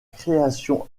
création